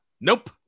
Nope